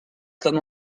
comme